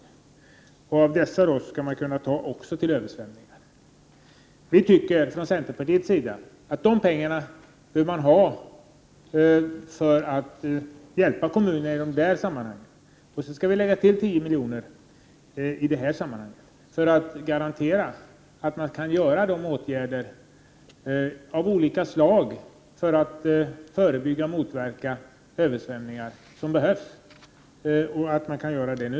Av dessa 25 milj.kr. skall man också kunna ta pengar till åtgärder i samband med översvämningar. Vi i centerpartiet anser att man bör ha de pengarna för att hjälpa kommunerna i sådana sammanhang, att vi skall lägga till 10 milj.kr. för att garantera att man kan vidta de åtgärder av olika slag som behövs för att förebygga och motverka översvämningar och att man kan göra detta nu.